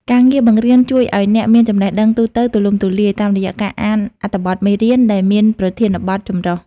ការងារបង្រៀនជួយឱ្យអ្នកមានចំណេះដឹងទូទៅទូលំទូលាយ តាមរយៈការអានអត្ថបទមេរៀនដែលមានប្រធានបទចម្រុះ។